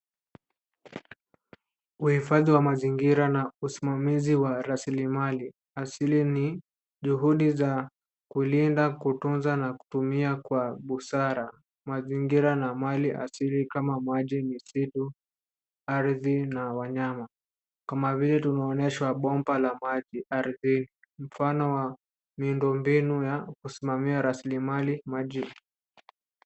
Uhifadhi wa mazingira na usimamizi wa rasilimali asili ni juhudi za kulinda, kutunza na kutumia kwa busara mazingira na mali asili kama maji, misitu, ardhi na wanyama kama vile tunaonyeshwa bomba la maji ardhini mfano wa miundo mbinu ya kusimamia rasilimali maji.